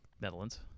Netherlands